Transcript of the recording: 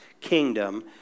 kingdom